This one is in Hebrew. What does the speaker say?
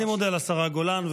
אני מודה לשרה גולן.